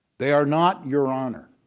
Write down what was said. they are not your honor.